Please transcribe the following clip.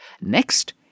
Next